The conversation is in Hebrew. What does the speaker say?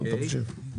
תמשיך.